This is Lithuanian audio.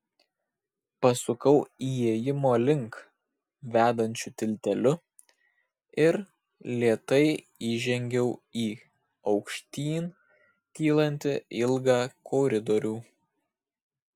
pasukau įėjimo link vedančiu tilteliu ir lėtai įžengiau į aukštyn kylantį ilgą koridorių